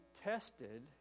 tested